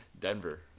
Denver